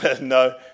No